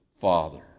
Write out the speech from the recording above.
Father